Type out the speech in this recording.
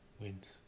Wins